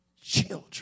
children